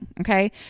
Okay